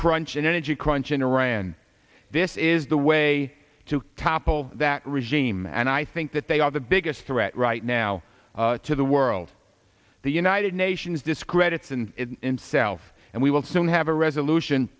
crunch an energy crunch in iran this is the way to topple that regime and i think that they are the biggest threat right now to the world the united nations discredits and in self and we will soon have a resolution